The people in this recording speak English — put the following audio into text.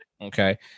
okay